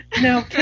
No